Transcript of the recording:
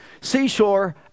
seashore